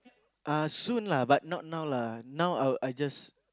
uh soon lah but not now lah now I'll I just